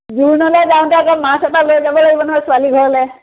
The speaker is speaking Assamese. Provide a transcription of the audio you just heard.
জোৰোণলৈ যাওঁতে আকৌ মাছ এটা লৈ যাব লাগিব নহয় ছোৱালী ঘৰলৈ